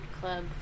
club